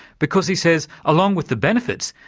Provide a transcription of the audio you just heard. because, he says, along with the benefits,